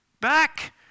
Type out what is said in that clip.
back